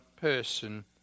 person